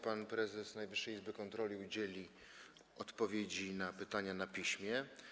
Pan prezes Najwyższej Izby Kontroli udzieli odpowiedzi na pytania na piśmie.